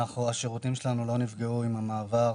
השירותים שלנו לא נפגעו עם המעבר.